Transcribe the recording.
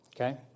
okay